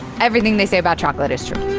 everything they say about chocolate is true.